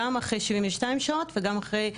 גם אחרי 72 שעות וגם אחרי,